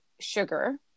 sugar